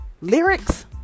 lyrics